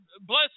bless